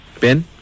Ben